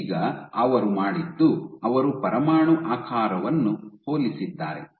ಆಗ ಅವರು ಮಾಡಿದ್ದು ಅವರು ಪರಮಾಣು ಆಕಾರವನ್ನು ಹೋಲಿಸಿದ್ದಾರೆ